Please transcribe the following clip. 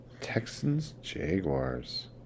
Texans-Jaguars